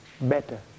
Better